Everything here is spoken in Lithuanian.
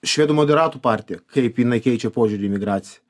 švedų moderatų partija kaip jinai keičia požiūrį į migraciją